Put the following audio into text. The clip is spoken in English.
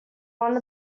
one